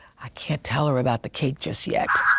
i can't tell her about the cake just yet.